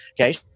Okay